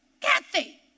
Kathy